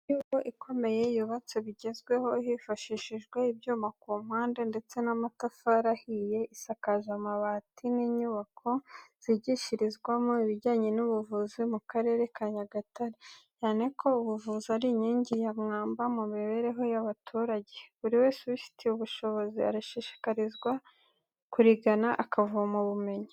Inyubako ikomeye y'ubatse bigezweho hifashishijwe ibyuma ku mpande ndetse n'amatafari ahiye isakaje amabati n'inyubako zigishirizwamo ibijyanye n'ubuvuzi mu Karere ka Nyagatare, cyane ko ubuvuzi ari inkingi ya mwamba mu mibereho y'abaturage, buri wese ubifitiye ubushobozi arashishikarizwa kurigana akavoma ubumenyi.